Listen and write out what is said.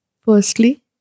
Firstly